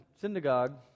synagogue